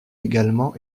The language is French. également